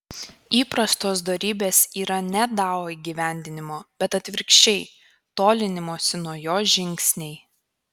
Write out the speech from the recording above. įprastos dorybės yra ne dao įgyvendinimo bet atvirkščiai tolinimosi nuo jo žingsniai